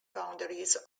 boundaries